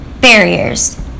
Barriers